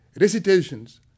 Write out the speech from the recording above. recitations